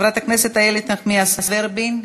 חברת הכנסת איילת נחמיאס ורבין.